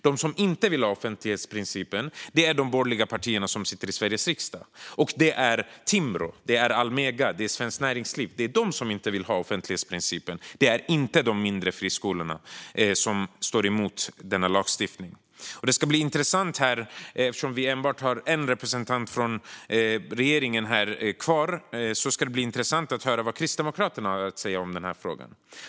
De som inte vill ha offentlighetsprincipen är de borgerliga partierna i Sveriges riksdag, Timbro, Almega och Svenskt Näringsliv. De mindre friskolorna motsätter sig alltså inte denna lagstiftning. I salen finns endast en representant för regeringen kvar, och det ska bli intressant att höra vad Kristdemokraterna säger i frågan.